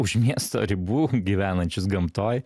už miesto ribų gyvenančius gamtoj